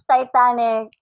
Titanic